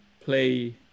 play